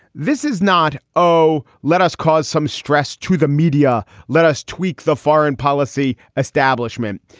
this is not oh, let us cause some stress to the media. let us tweak the foreign policy establishment.